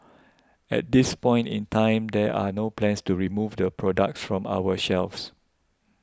at this point in time there are no plans to remove the products from our shelves